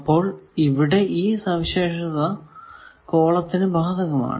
അപ്പോൾ ഇവിടെ ഈ സവിശേഷത കോളത്തിനു ബാധകമാണ്